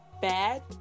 bad